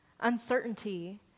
Uncertainty